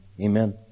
Amen